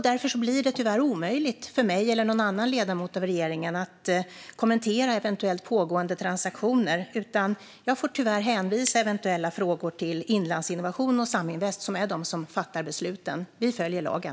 Därför blir det tyvärr omöjligt för mig eller någon annan ledamot av regeringen att kommentera eventuellt pågående transaktioner. Jag får tyvärr hänvisa eventuella frågor till Inlandsinnovation och Saminvest, som är de som fattar besluten. Vi följer lagen.